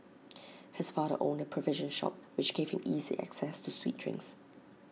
his father owned A provision shop which gave him easy access to sweet drinks